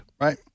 Right